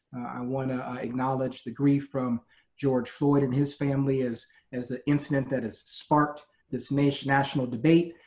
i wanna acknowledge the grief from george floyd and his family as as the incident that has sparked this national national debate.